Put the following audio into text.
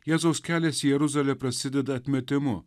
jėzaus kelias į jeruzalę prasideda atmetimu